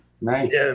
Nice